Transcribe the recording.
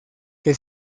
que